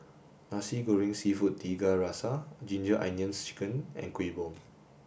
nasi goreng seafood Tiga Rasa ginger onions chicken and Kuih Bom